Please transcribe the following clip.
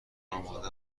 آماده